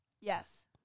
Yes